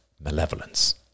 malevolence